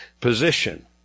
position